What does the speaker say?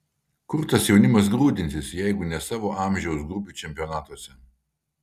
kur tas jaunimas grūdinsis jeigu ne savo amžiaus grupių čempionatuose